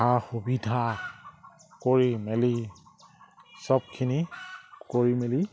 সা সুবিধা কৰি মেলি চবখিনি কৰি মেলি